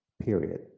period